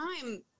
time